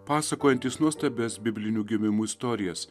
pasakojantys nuostabias biblinių gimimų istorijas